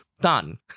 Done